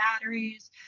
batteries